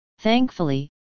Thankfully